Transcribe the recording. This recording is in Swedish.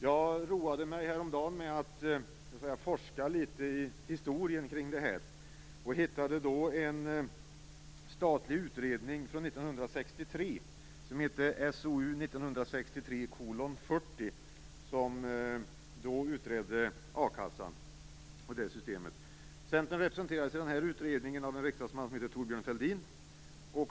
Jag roade mig häromdagen med att forska litet i historien kring det här och hittade då en statlig utredning från 1963 som hette SOU 1963:40 och som utredde a-kassan och a-kassesystemet. Centern representerades i den här utredningen av en riksdagsman som heter Thorbjörn Fälldin.